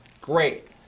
great